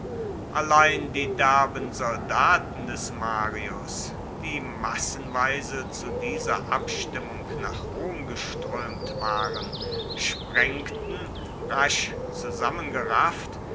allein die derben soldaten des marius die massenweise zu dieser abstimmung nach rom geströmt waren sprengten rasch zusammengerafft